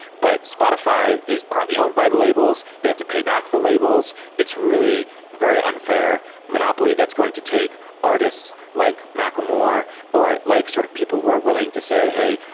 but spotify is partly owned by the labels. they have to pay back the labels it's really very unfair monopoly that's going to take artists like macklemore or like sort of people who are willing to say, hey,